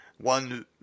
One